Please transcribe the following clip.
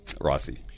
Rossi